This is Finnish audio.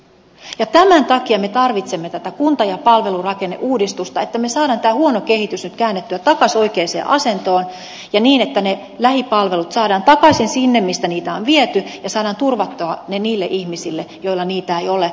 ja tämän takia me tarvitsemme tätä kunta ja palvelurakenneuudistusta että me saamme tämän huonon kehityksen nyt käännettyä takaisin oikeaan asentoon ja niin että ne lähipalvelut saadaan takaisin sinne mistä niitä on viety ja saadaan turvattua ne niille ihmisille joilla niitä ei ole